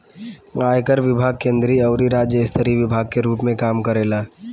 आयकर विभाग केंद्रीय अउरी राज्य स्तरीय विभाग के रूप में काम करेला